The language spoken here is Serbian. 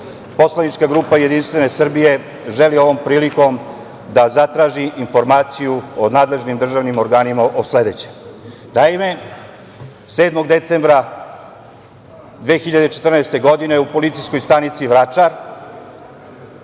poslanička grupa JS želi ovom prilikom da zatraži informaciju o nadležnim državnim organima o sledećem. Naime, 7. decembra 2014. godine u Policijskoj stanici Vračar